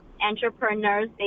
entrepreneurs